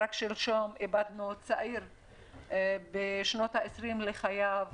רק שלשום איבדנו צעיר בשנות העשרים לחייו,